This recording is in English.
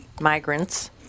migrants